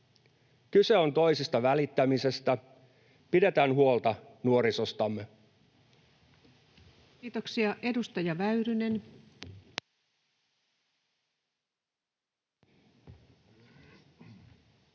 Kyse on toisista välittämisestä. Pidetään huolta nuorisostamme. Kiitoksia. — Edustaja Väyrynen. Arvoisa